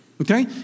Okay